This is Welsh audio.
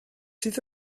sydd